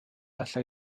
allai